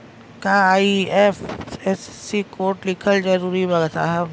का IFSC code लिखल जरूरी बा साहब?